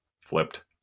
flipped